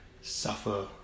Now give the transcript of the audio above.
suffer